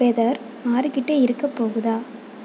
weather மாறிக்கிட்டே இருக்கப் போகுதா